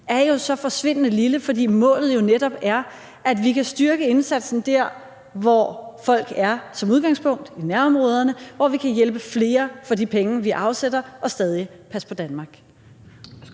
er forsvindende lille, fordi målet jo netop er, at vi kan styrke indsatsen dér, hvor folk er – i udgangspunktet i nærområderne, hvor vi kan hjælpe flere for de penge, vi afsætter, og stadig passe på Danmark.